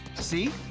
see?